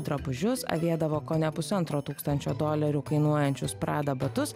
drabužius avėdavo kone pusantro tūkstančio dolerių kainuojančius prada batus